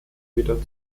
wieder